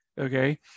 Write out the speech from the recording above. okay